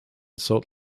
salt